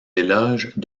éloges